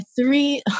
three